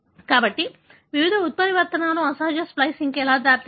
కాబట్టి వివిధ ఉత్పరివర్తనలు అసహజ స్ప్లికింగ్కు ఎలా దారితీస్తాయి